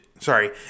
sorry